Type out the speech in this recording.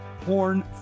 porn